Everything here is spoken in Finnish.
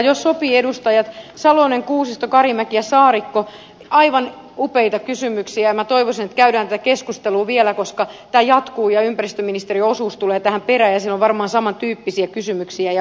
jos sopii edustajat salonen kuusisto karimäki ja saarikko aivan upeita kysymyksiä niin minä toivoisin että käydään tätä keskustelua vielä koska tämä jatkuu ja ympäristöministeriön osuus tulee tähän perään ja siinä on varmaan samantyyppisiä kysymyksiä ja monta